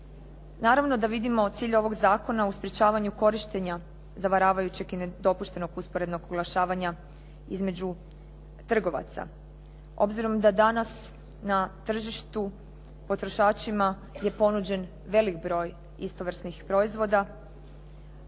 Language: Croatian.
Naravno da vidimo cilj ovog zakona u sprečavanju korištenja zavaravajućeg i nedopuštenog usporednog oglašavanja između trgovaca. Obzirom da danas na tržištu potrošačima je ponuđen velik broj istovrsnih proizvoda,